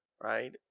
right